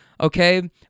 okay